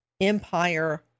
Empire